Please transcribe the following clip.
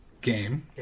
game